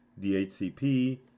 DHCP